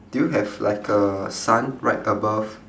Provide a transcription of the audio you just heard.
do you have like a sun right above